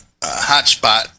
Hotspot